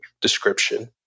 description